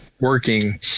working